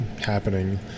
happening